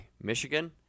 Michigan